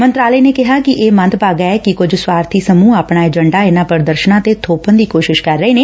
ਮੰਤਰਾਲੇ ਨੇ ਕਿਹਾ ਕਿ ਇਹ ਮੰਦਭਾਗਾ ਐ ਕਿ ਕੁਝ ਸਵਾਰਬੀ ਸਮੁਹ ਆਪਣਾ ਏਜੰਡਾ ਇਨਾ ਪ੍ਰਦਰਸ਼ਨ ਤੇ ਬੋਪਣ ਦੀ ਕੋਸ਼ਿਸ਼ ਕਰ ਰਹੇ ਨੇ